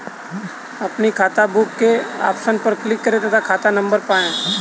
अपनी खाताबुक के ऑप्शन पर क्लिक करें तथा खाता नंबर पाएं